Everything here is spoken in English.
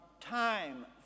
time